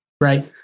right